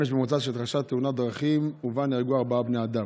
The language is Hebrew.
במוצ"ש התרחשה תאונת דרכים ובה נהרגו ארבעה בני אדם.